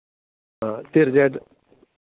അ തീർച്ഛയായിട്ടും